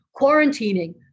quarantining